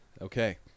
Okay